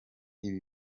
ibi